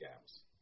gaps